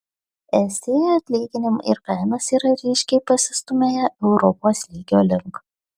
estijoje atlyginimai ir kainos yra ryškiai pasistūmėję europos lygio link